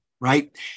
right